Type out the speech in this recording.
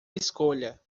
escolha